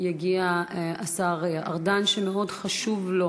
יגיע השר ארדן, שמאוד חשוב לו